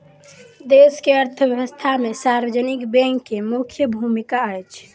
देश के अर्थव्यवस्था में सार्वजनिक बैंक के मुख्य भूमिका अछि